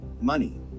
money